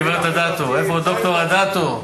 גובה התוספת בגין סעיף זה: 320 מיליון ש"ח.